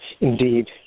Indeed